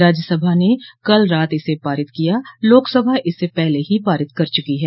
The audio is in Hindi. राज्यसभा ने कल रात इसे पास किया लोकसभा इस पहले ही पारित कर चुकी है